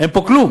אין פה כלום.